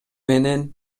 менен